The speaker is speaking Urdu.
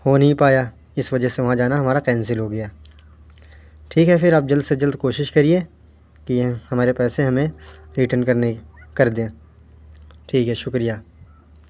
ہو نہیں پایا اس وجہ سے وہاں جانا ہمارا کینسل ہو گیا ٹھیک ہے پھر آپ جلد سے جلد کوشش کریے کہ ہمارے پیسے ہمیں ریٹن کر دیں ٹھیک ہے شکریہ